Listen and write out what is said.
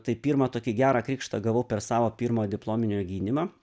tai pirmą tokį gerą krikštą gavau per savo pirmo diplominio gynimą